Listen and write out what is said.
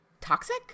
toxic